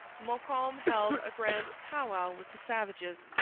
montcalm held a grand pow-wow with the savages.